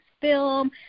film